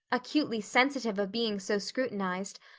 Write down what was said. acutely sensitive of being so scrutinized,